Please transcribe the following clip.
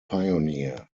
pioneer